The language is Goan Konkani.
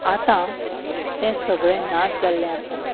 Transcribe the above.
आतां तें सगळें नाच जाल्लें आसा